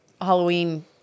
Halloween